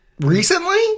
Recently